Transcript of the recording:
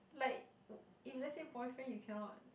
like if let's say boyfriend you cannot